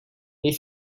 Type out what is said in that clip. they